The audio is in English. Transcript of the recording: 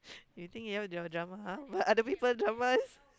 you think you have the drama but other people drama is